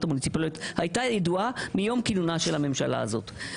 המוניציפליות הייתה ידועה מיום כינונה של הממשלה הזאת.